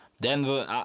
Denver